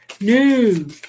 New